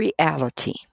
reality